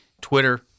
Twitter